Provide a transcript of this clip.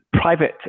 private